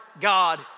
God